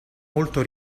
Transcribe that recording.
molto